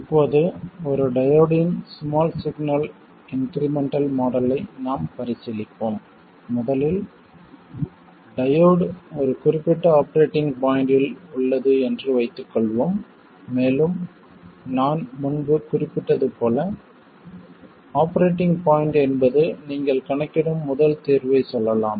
இப்போது ஒரு டையோடின் ஸ்மால் சிக்னல் இன்க்ரிமெண்டல் மாடலை நாம் பரிசீலிப்போம் முதலில் டையோடு ஒரு குறிப்பிட்ட ஆபரேட்டிங் பாய்ண்ட்டில் உள்ளது என்று வைத்துக் கொள்வோம் மேலும் நான் முன்பு குறிப்பிட்டது போல ஆபரேட்டிங் பாய்ண்ட் என்பது நீங்கள் கணக்கிடும் முதல் தீர்வைச் சொல்லலாம்